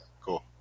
Cool